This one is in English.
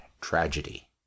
tragedy